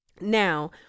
Now